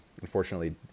unfortunately